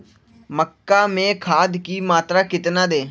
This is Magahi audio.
मक्का में खाद की मात्रा कितना दे?